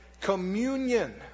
communion